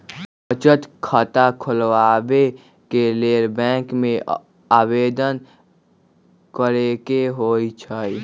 बचत खता खोलबाबे के लेल बैंक में आवेदन करेके होइ छइ